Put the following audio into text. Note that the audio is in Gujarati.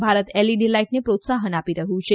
ભારત એલઈડી લાઇટને પ્રોત્સાહન આપી રહ્યું છે